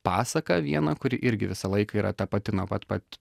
pasaką vieną kuri irgi visą laiką yra ta pati nuo pat pat